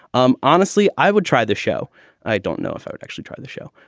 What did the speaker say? um honestly, i would try the show i don't know if i would actually try the show,